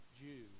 Jew